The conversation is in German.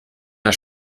der